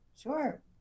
Sure